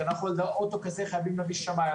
לאוטו כזה חייבים להביא שמאי.